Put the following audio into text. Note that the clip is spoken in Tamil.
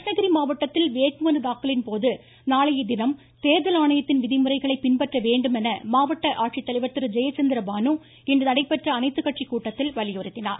கிருஷ்ணகிரி மாவட்டத்தில் வேட்புமனு தாக்கலின்போது நாளையதினம் தேர்தல் ஆணையத்தின் விதிமுறைகளை பின்பற்ற வேண்டும் என மாவட்ட ஆட்சித்தலைவர் திரு ஜெயசந்திர பானு இன்று நடைபெற்ற அனைத்து கட்சி கூட்டத்தில் வலியுறுத்தினார்